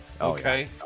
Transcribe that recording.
Okay